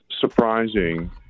surprising